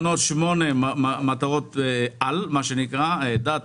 יש 8 מטרות על דת,